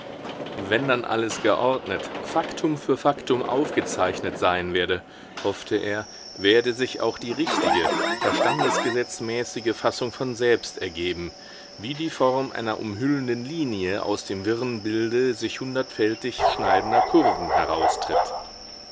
wenn dann alles geordnet faktum für faktum aufgezeichnet sein werde hoffte er werde sich auch die richtige verstandesgesetzmäßige fassung von selbst ergeben wie die form einer umhüllenden linie aus dem wirren bilde sich hundertfältig schneidender kurven heraustritt